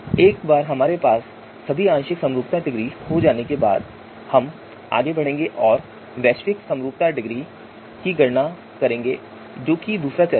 एक बार हमारे पास सभी आंशिक समरूपता डिग्री हो जाने के बाद हम आगे बढ़ेंगे और वैश्विक समरूपता डिग्री की गणना करेंगे जो कि दूसरा चरण है